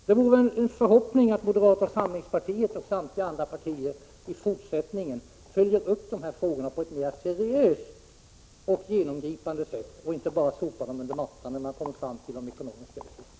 Det är min förhoppning att moderata samlingspartiet och samtliga andra partier i fortsättningen följer upp dessa frågor på ett mer seriöst och genomgripande sätt och inte bara sopar dem under mattan när de skall fatta de ekonomiska besluten.